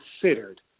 considered